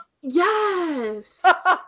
Yes